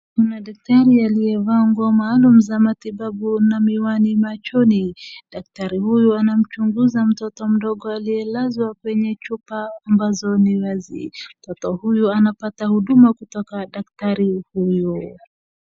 Mna daktari aliyevaa nguo maalum za matibabu na miwani machoni. Daktari huyu anamchunguza mtoto mdogo aliyelazwa kwenye chupa ambazo ni wazi. Mtoto huyo anapata huduma kutoka daktari huyu.